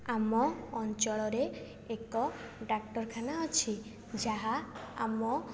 ଆମ ଅଞ୍ଚଳରେ ଏକ ଡାକ୍ତରଖାନା ଅଛି ଯାହା ଆମ